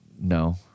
No